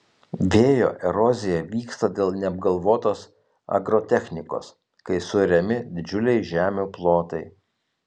vėjo erozija vyksta dėl neapgalvotos agrotechnikos kai suariami didžiuliai žemių plotai